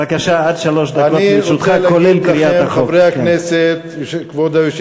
בבקשה, עד שלוש דקות לרשותך, כולל קריעת החוק.